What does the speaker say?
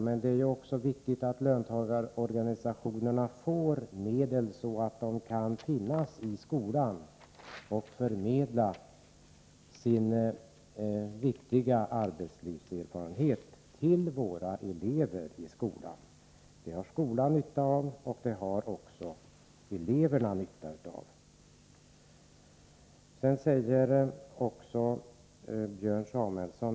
Men det är också viktigt att löntagarorganisationerna får medel så att de kan finnas i skolan och förmedla sin viktiga arbetslivserfarenhet till våra elever i skolan. Det har skolan nytta av, och det har också eleverna nytta av.